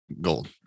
gold